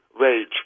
Rage